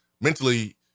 mentally